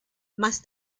más